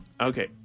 Okay